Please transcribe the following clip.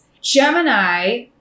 Gemini